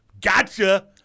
gotcha